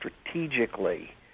strategically